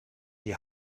die